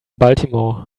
baltimore